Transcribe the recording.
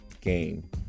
game